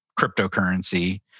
cryptocurrency